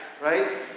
right